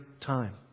time